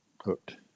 hooked